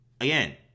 Again